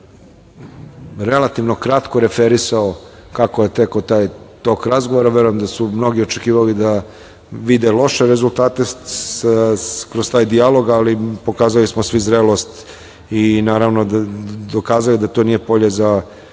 relativno kratko referisao kako je tekao tok razgovora. Verujem da su mnogi očekivali da vide loše rezultate kroz taj dijalog, ali pokazali smo svi zrelost i, naravno, dokazali da to nije polje za